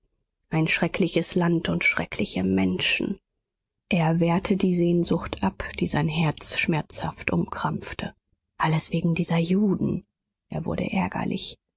ein schreckliches land und schreckliche menschen er wehrte die sehnsucht ab die sein herz schmerzhaft umkrampfte alles wegen dieser juden er wurde ärgerlich